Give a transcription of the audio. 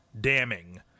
damning